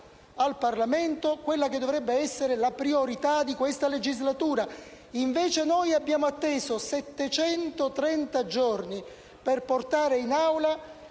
al Parlamento quella che dovrebbe essere la priorità di questa legislatura. Invece, noi abbiamo atteso settecentotrenta giorni per portare in Aula